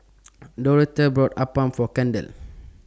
Doretha bought Appam For Kendell